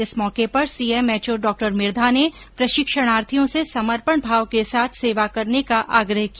इस मौके पर सीएमएचओ डॉ मिर्धा ने प्रशिक्षणार्थियों से समर्पण भाव के साथ सेवा करने का आग्रह किया